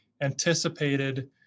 anticipated